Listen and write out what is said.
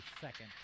second